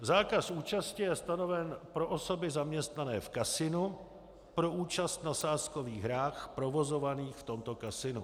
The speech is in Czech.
Zákaz účasti je stanoven pro osoby zaměstnané v kasinu pro účast na sázkových hrách provozovaných v tomto kasinu.